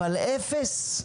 אבל אפס?